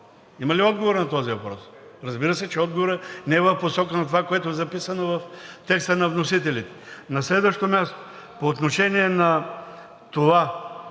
Има ли отговор на този въпрос? Разбира се, че отговорът не е в посока на това, което е записано в текста на вносителите. На следващо място, по отношение на това